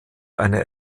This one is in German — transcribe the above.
eine